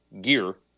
gear